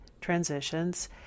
transitions